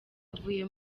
avuye